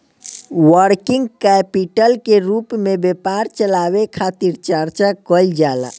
working capital के रूप में व्यापार चलावे खातिर चर्चा कईल जाला